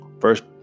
first